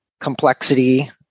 complexity